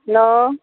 hello